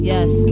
Yes